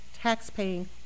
taxpaying